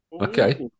okay